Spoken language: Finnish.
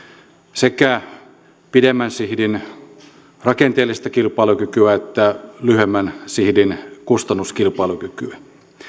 sekä pidemmän sihdin rakenteellista kilpailukykyä että lyhyemmän sihdin kustannuskilpailukykyä